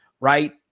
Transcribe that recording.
right